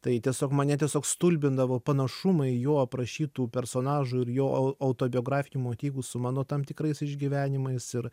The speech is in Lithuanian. tai tiesiog mane tiesiog stulbindavo panašumai jo aprašytų personažų ir jo autobiografinių motyvų su mano tam tikrais išgyvenimais ir